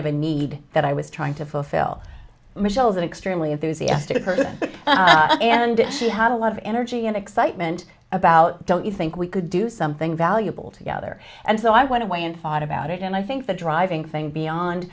of a need that i was trying to fulfill michelle is an extremely enthusiastic person and she had a lot of energy and excitement about don't you think we could do something valuable together and so i went away and fought about it and i think the driving thing beyond